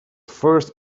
first